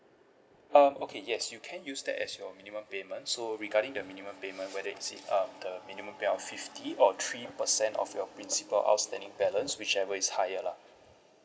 um okay yes you can use that as your minimum payment so regarding the minimum payment whether it's the um the minimum pay of fifty or three percent of your principal outstanding balance whichever is higher lah